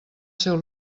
seu